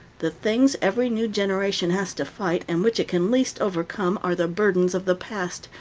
the things every new generation has to fight, and which it can least overcome, are the burdens of the past,